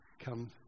come